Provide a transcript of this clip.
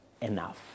enough